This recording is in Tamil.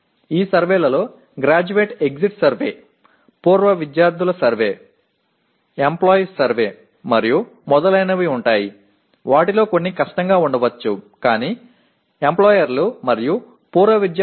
இந்த ஆய்வுகள் பட்டதாரி வெளியேறும் கணக்கெடுப்பு முன்னாள் மாணவர்கள் கணக்கெடுப்பு முதலாளி கணக்கெடுப்பு மற்றும் பலவற்றை உள்ளடக்கும்